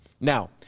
Now